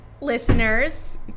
listeners